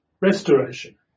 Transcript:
restoration